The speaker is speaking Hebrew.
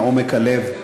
מעומק הלב,